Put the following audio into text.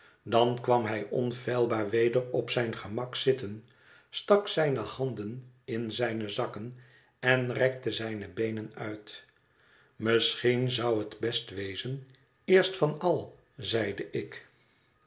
dan kwam hij onfeilbaar weder op zijn gemak zitten stak zijne handen in zijnezakken en rekte zijne beenen uit misschien zou het best wezen eerst van al zeide ik